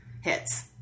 hits